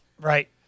Right